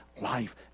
life